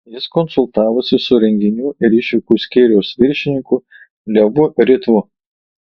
jis konsultavosi su renginių ir išvykų skyriaus viršininku levu ritvu